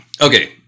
okay